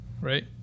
right